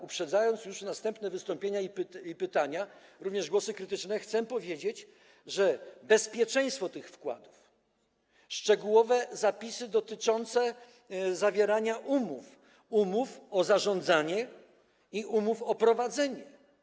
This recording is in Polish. Uprzedzając już następne wystąpienia i pytania, również głosy krytyczne, chcę powiedzieć, że bezpieczeństwo tych wkładów, szczegółowe zapisy dotyczące zawierania umów, umów o zarządzanie i umów o prowadzenie.